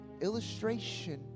illustration